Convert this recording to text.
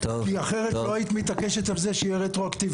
כי אחרת לא היית מתעקשת על זה שיהיה רטרואקטיבי.